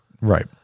right